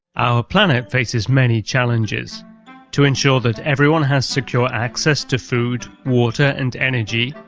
our planet faces many challenges to ensure that everyone has secure access to food, water and energy,